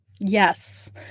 Yes